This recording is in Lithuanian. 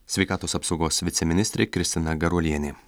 sveikatos apsaugos viceministrė kristina garuolienė